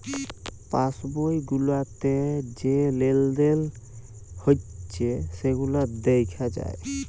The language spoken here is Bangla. পাস বই গুলাতে যা লেলদেল হচ্যে সেগুলা দ্যাখা যায়